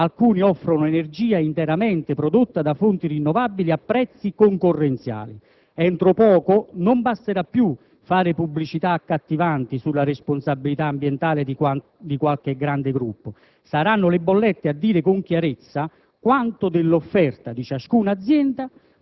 Già oggi, a pochi giorni dal 1° luglio, alcuni offrono energia interamente prodotta da fonti rinnovabili a prezzi concorrenziali. Entro poco non basterà più fare pubblicità accattivanti sulla responsabilità ambientale di qualche grande gruppo: saranno le bollette a dire con chiarezza